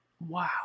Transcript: Wow